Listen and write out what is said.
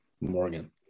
Morgan